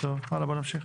בואו נמשיך.